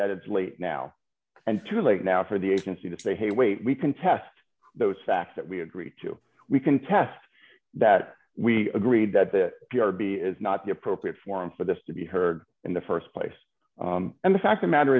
that it's late now and too late now for the agency to say hey wait we can test those facts that we agree to we can test that we agreed that the p r b is not the appropriate forum for this to be heard in the st place and the fact the matter